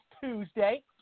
Tuesday